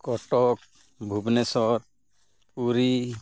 ᱠᱚᱴᱚᱠ ᱵᱷᱩᱵᱽᱱᱮᱥᱥᱚᱨ ᱯᱩᱨᱤ